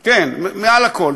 כן, מעל הכול.